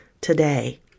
today